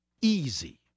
easy